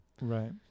right